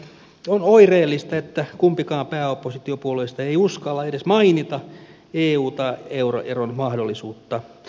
on oireellista että kumpikaan pääoppositiopuolueista ei uskalla edes mainita eu tai euroeron mahdollisuutta